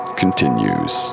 continues